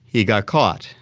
he got caught.